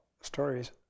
stories